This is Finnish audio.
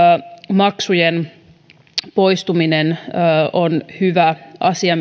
maksujen poistuminen joka lakiin sisältyy on hyvä asia